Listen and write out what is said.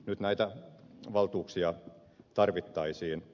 nyt näitä valtuuksia tarvittaisiin